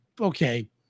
okay